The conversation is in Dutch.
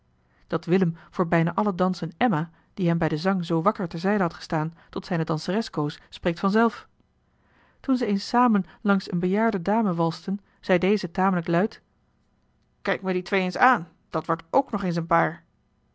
dat willem voor bijna alle dansen emma die hem bij den zang zoo wakker ter zijde had gestaan tot zijne danseres koos spreekt vanzelf toen ze eens samen langs eene bejaarde dame walsten zeide deze tamelijk luid kijk me die twee eens aan dat wordt k nog eens een paar